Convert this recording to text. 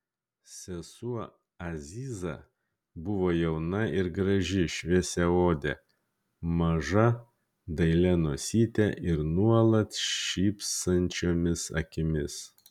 sesuo aziza buvo jauna ir graži šviesiaodė maža dailia nosyte ir nuolat šypsančiomis akimis